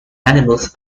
animals